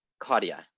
claudia.